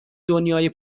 دنیای